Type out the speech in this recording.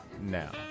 now